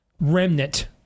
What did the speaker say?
remnant